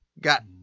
got